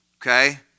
okay